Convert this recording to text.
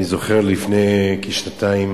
אני זוכר שלפני כשנתיים